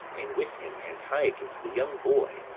and with him antiochus, the young boy,